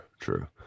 true